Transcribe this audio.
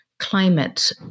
climate